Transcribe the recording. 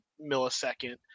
millisecond